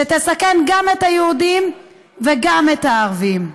שתסכן גם את היהודים וגם את הערבים.